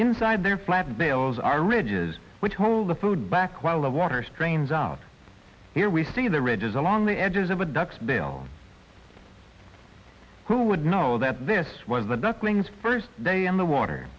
inside their flat bales are ridges which hold the food back while the water strains out here we see the ridges along the edges of a duck's bill who would know that this was the ducklings first day on the water